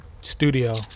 studio